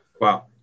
Wow